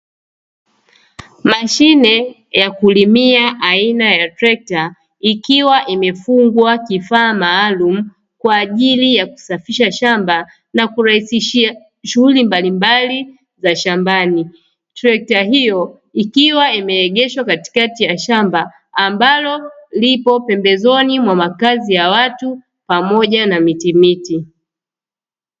Mashine ya kulimia aina ya trekta ikiwa imefungwa kifaa maalumu kwa ajili ya kusafisha shamba na kurahisishia shughuli mbalimbali za shambani, trekta hiyo ikiwa imeegeshwa katikati ya shamba ambalo lipo pembezoni mwa makazi ya watu pamoja na mitimiti.